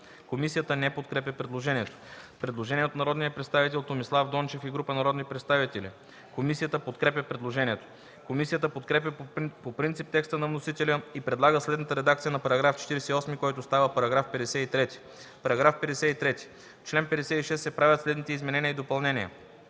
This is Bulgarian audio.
Комисията не подкрепя предложението. Предложение от народния представител Томислав Дончев и група народни представители, което е подкрепено от комисията. Комисията подкрепя по принцип текста на вносителя и предлага следната редакция на § 48, който става § 53: „§ 53. В чл. 56 се правят следните изменения и допълнения: